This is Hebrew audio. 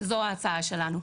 זו ההצעה שלנו.